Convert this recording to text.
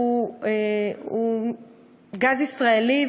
הוא גז ישראלי,